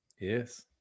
Yes